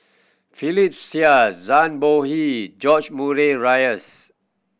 Philip Chia Zhang Bohe George Murray Reith